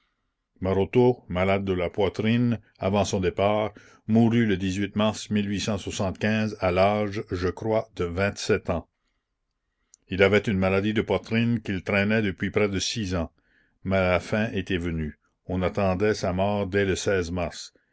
maroteau malade de la poitrine avant son départ mourut le mars à l'âge je crois de ans la commune il avait une maladie de poitrine qu'il traînait depuis près de six ans mais la fin était venue on attendait sa mort dès le mars